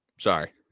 Sorry